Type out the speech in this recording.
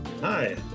Hi